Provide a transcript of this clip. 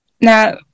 Now